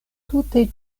tute